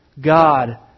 God